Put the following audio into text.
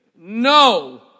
no